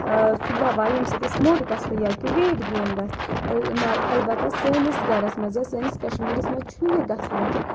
سُہ دوہ ییٚمہِ سۭتۍ أسۍ موٚٹ گژھو یا کہِ ویٹ گین گژھِ البتہ سٲنِس گَرَس منٛز یا سٲنِس کشمیٖرَس منٛز چھُنہٕ یہِ گژھان کہِ